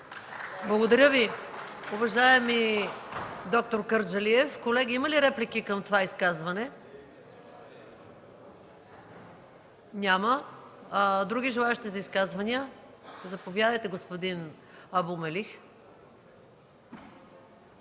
Благодаря Ви, уважаеми д-р Кърджалиев. Колеги, има ли реплики към това изказване? Няма. Има ли други желаещи за изказвания? Заповядайте, господин Абу Мелих.